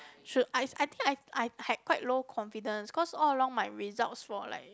should I I I think I I had quite low confidence cause all along my results for like